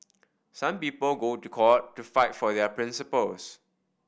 some people go to court to fight for their principles